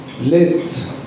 let